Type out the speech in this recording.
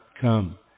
come